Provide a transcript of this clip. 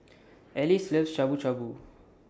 Alyse loves Shabu Shabu